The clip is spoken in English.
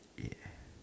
ya